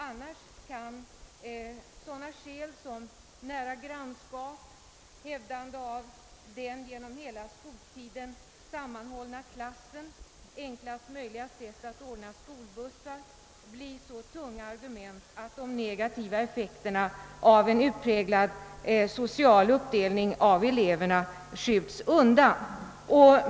Annars kan sådana skäl som nära grannskap, hävdande av den genom hela skoltiden sammanhållna klassen och enklast möjliga sätt att ordna skolbussar bli så tunga argument, att de negativa effekterna av en utpräglad social uppdelning av eleverna skjuts undan.